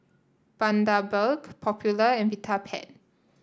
Bundaberg Popular and Vitapet